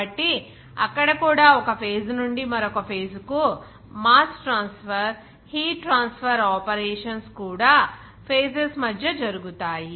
కాబట్టి అక్కడ కూడా ఒక ఫేజ్ నుండి మరొక ఫేజ్ కు mass transfer heat transfer operations కూడా ఫేజెస్ మధ్య జరుగుతాయి